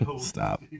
Stop